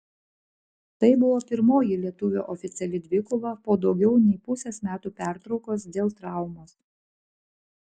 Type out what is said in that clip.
tai buvo pirmoji lietuvio oficiali dvikova po daugiau nei pusės metų pertraukos dėl traumos